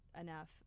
enough